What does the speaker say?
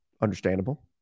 Understandable